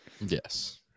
yes